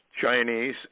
Chinese